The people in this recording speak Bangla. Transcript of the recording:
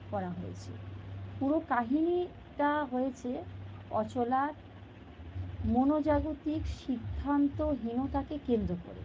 করা হয়েছে পুরো কাহিনিটা হয়েছে অচলার মনোজাগতিক সিদ্ধান্তহীনতাকে কেন্দ্র করে